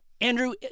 Andrew